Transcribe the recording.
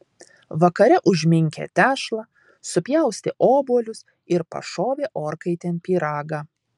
vakare užminkė tešlą supjaustė obuolius ir pašovė orkaitėn pyragą